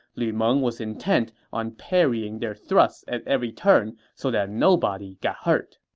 lu meng was intent on parrying their thrusts at every turn so that nobody got hurt